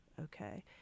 Okay